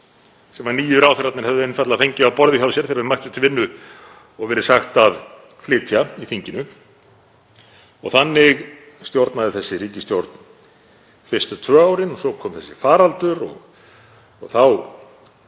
sem nýju ráðherrarnir höfðu einfaldlega fengið á borðið hjá sér þegar þeir mættu til vinnu og verið sagt að flytja í þinginu. Þannig stjórnaði þessi ríkisstjórn fyrstu tvö árin. Svo kom þessi faraldur og þá